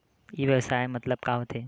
ई व्यवसाय मतलब का होथे?